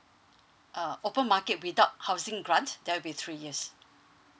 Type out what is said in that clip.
ah open market without housing grant that will be three years